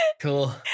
cool